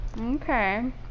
okay